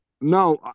No